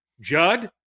Judd